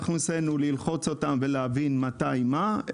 ניסינו ללחוץ עליהם ולהבין מתי ומה.